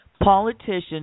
Politicians